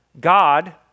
God